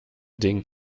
ding